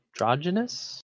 androgynous